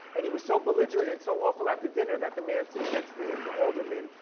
and he was so belligerent and so awful at the dinner that the man sitting next to him, the alderman,